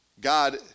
God